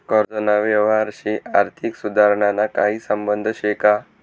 कर्जना यवहारशी आर्थिक सुधारणाना काही संबंध शे का?